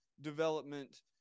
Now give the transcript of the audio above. development